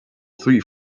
three